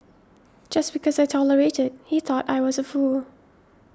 just because I tolerated he thought I was a fool